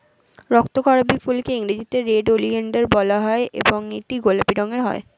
রক্তকরবী ফুলকে ইংরেজিতে red oleander বলা হয় এবং এটি গোলাপি রঙের হয়